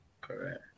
correct